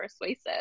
persuasive